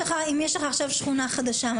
אם יש לך עכשיו שכונה חדשה,